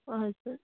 हजुर